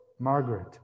Margaret